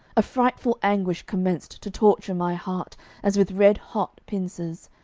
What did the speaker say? a frightful anguish commenced to torture-my heart as with red-hot pincers.